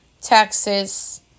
Texas